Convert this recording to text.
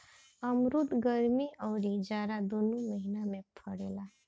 अमरुद गरमी अउरी जाड़ा दूनो महिना में फरेला